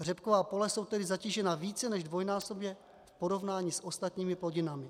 Řepková pole jsou tedy zatížena více než dvojnásobně v porovnání s ostatními plodinami.